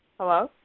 Hello